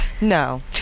No